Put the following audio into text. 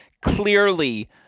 clearly